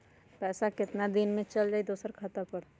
पैसा कितना दिन में चल जाई दुसर खाता पर?